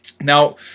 Now